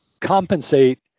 compensate